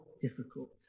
difficult